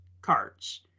cards